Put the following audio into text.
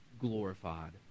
glorified